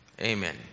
Amen